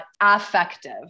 affective